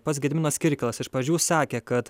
pats gediminas kirkilas iš pradžių sakė kad